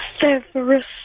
Severus